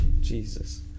Jesus